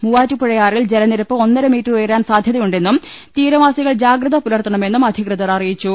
മൂവാറ്റുപുഴയാറിൽ ജലനിരപ്പ് ഒന്നര മീറ്റർ ഉയരാൻ സാധ്യത യുണ്ടെന്നും തീരവാസികൾ ജാഗ്രത പുലർത്തണമെന്നും അധി കൃതർ അറിയിച്ചു